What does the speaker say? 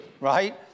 right